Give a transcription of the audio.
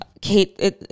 Kate